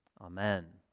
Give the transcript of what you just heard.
Amen